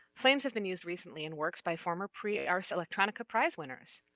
flames have been used recently in works by former prix ars electronica prize winners.